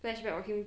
flashback okay